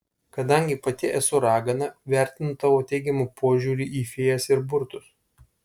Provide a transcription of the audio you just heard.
kadangi pati esu ragana vertinu tavo teigiamą požiūrį į fėjas ir burtus